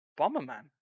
Bomberman